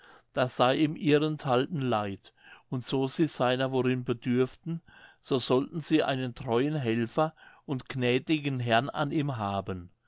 das sei ihm ihrenthalben leid und so sie seiner worin bedürften so sollten sie einen treuen helfer und gnädigen herrn an ihm haben